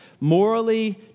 morally